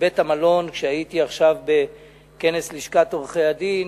בבית-המלון כשהייתי עכשיו בכנס לשכת עורכי-הדין,